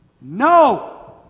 No